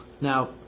Now